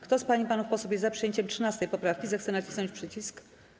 Kto z pań i panów posłów jest za przyjęciem 13. poprawki, zechce nacisnąć przycisk.